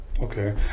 okay